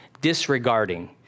disregarding